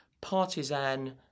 partisan